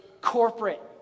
corporate